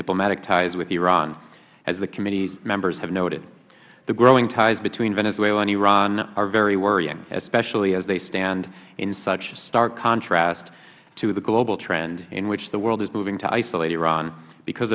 diplomatic ties with iran as the committees members have noted the growing ties between venezuela and iran are very worrying especially as they stand in such stark contrast to the global trend in which the world is moving to isolate iran because